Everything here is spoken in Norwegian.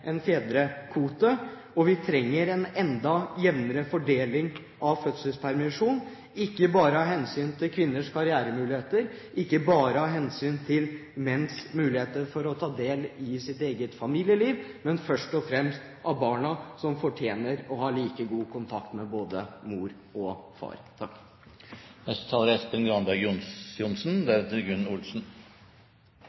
en fedrekvote. Vi trenger en enda jevnere fordeling av fødselspermisjonen, ikke bare av hensyn til kvinners karrieremuligheter, ikke bare av hensyn til menns muligheter for å ta del i sitt eget familieliv, men først og fremst av hensyn til barna, som fortjener å ha like god kontakt med både mor og far.